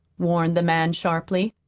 warned the man sharply.